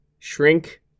Shrink